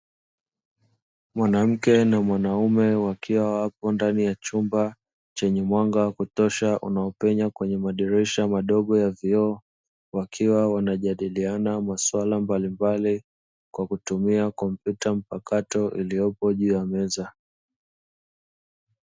Mwanamke na mwanaume wakiwa wapo ndani ya chumba chenye mwanga wa kutosha unaupenya kwenye madirisha madogo ya vioo wakiwa wanajadiliana masuala mbalimbali kwa kutumia kompyuta mpakato iliyopo juu ya meza.